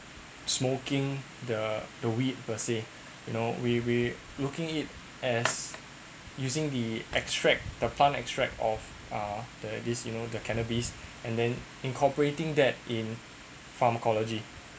smoking the the weed per se you know we we looking it as using the extract the fund extract of uh the this you know the cannabis and then incorporating that in pharmacology